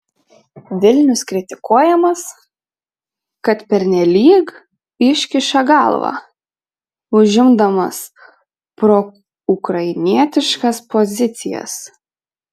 vilnius kritikuojamas kad pernelyg iškiša galvą užimdamas proukrainietiškas pozicijas